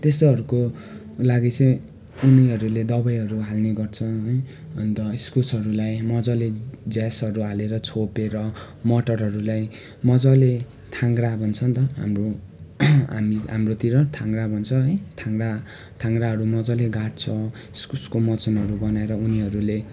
त्यस्तोहरूको लागि चाहिँ उनीहरूले दबाईहरू हाल्ने गर्छ है अन्त इस्कुसहरूलाई मजाले झ्यासहरू हालेर छोपेर मटरहरूलाई मजाले थाङ्ग्रा भन्छ नि त हाम्रो हामी हाम्रोतिर थाङ्ग्रा भन्छ है थाङ्ग्रा थाङ्ग्राहरू मजाले गाड्छ इस्कुसको मचानहरू बनाएर उनीहरूले